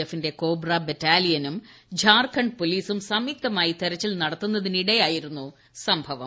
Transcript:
എഫിന്റെ കോബ്റാ ബറ്റാലിയനും ജാർഖണ്ഡ് പോലീസും സംയുക്തമായി തെരച്ചിൽ നടത്തുന്നതിനിടെയായിരുന്നു സംഭവം